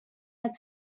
had